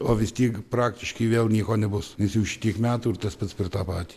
o vis tiek praktiškai vėl nieko nebus nes jau šitiek metų ir tas pats per tą patį